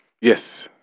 Yes